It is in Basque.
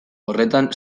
horretan